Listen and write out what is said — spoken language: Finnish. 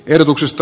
hylätään